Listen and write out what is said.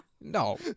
No